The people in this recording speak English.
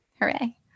hooray